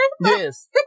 Yes